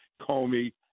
Comey